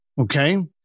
Okay